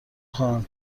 خواهم